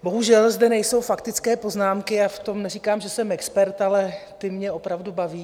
Bohužel zde nejsou faktické poznámky a v tom neříkám, že jsem expert, ale ty mě opravdu baví.